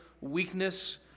weakness